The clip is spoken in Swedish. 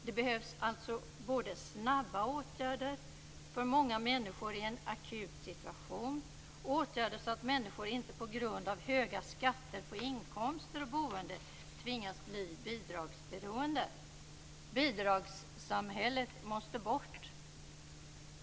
Det behövs både snabba åtgärder för många människor i en akut situation och åtgärder som gör att människor inte på grund av höga skatter på inkomster och boende tvingas bli bidragsberoende. Bidragssamhället måste bort.